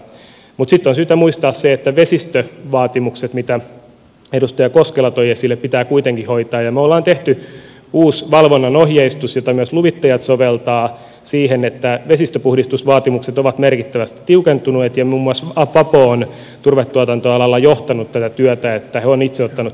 mutta sitten on syytä muistaa se että vesistövaatimukset jotka edustaja koskela toi esille pitää kuitenkin hoitaa ja me olemme tehneet uuden valvonnan ohjeistuksen jota myös luvittajat soveltavat siihen että vesistöpuhdistusvaatimukset ovat merkittävästi tiukentuneet muun muassa vapo on turvetuotantoalalla johtanut tätä työtä niin että he ovat itse ottaneet tämän vakavasti